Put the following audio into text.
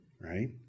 right